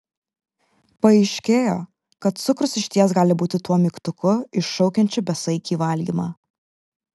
paaiškėjo kad cukrus išties gali būti tuo mygtuku iššaukiančiu besaikį valgymą